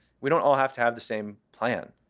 we don't all have to have the same plan,